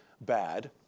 bad